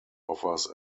offers